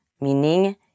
meaning «